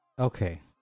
Okay